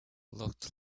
looked